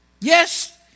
Yes